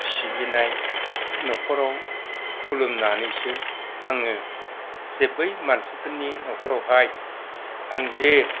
सिबिनाय न'खराव खुलुमनानैसो आङो जे बै मानसिफोरनि न'खरावहाय आं जे